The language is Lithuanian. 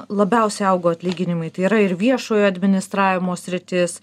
labiausiai augo atlyginimai tai yra ir viešojo administravimo sritis